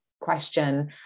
question